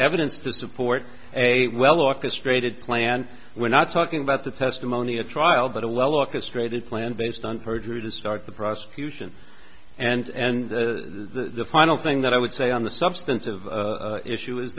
evidence to support a well orchestrated plan we're not talking about the testimony at trial but a well orchestrated plan based on perjury to start the prosecution and the final thing that i would say on the substance of issue is